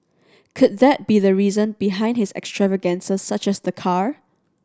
could that be the reason behind his extravagances such as the car